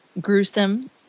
gruesome